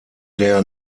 der